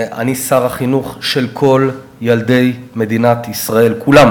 אני שר החינוך של כל ילדי מדינת ישראל, כולם